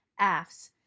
AFS